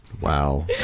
wow